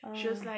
oh